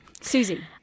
Susie